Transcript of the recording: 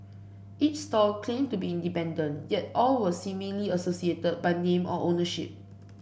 each stall claimed to be independent yet all were seemingly associated by name or ownership